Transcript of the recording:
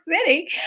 city